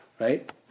right